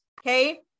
Okay